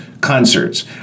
Concerts